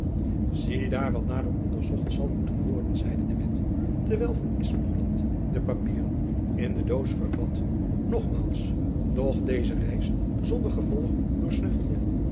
ziedaar wat nader onderzocht zal moeten worden zeide de witt terwijl van espenblad de papieren in de doos vervat nogmaals doch deze reis zonder gevolg doorsnuffelde